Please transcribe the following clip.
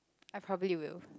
I probably will